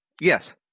Yes